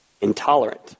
intolerant